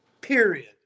period